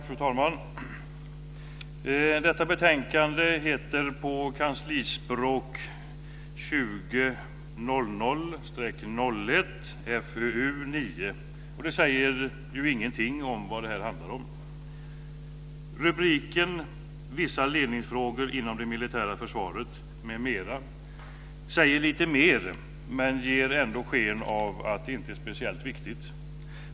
Fru talman! Detta betänkande heter på kanslispråk 2000/01:FöU9, och det säger ju ingenting om vad det handlar om. Rubriken Vissa ledningsfrågor inom det militära försvaret, m.m. säger lite mer, men ger ändå sken av att det inte är speciellt viktigt.